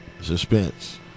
suspense